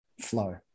flow